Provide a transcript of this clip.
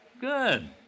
Good